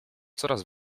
coraz